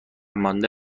مانده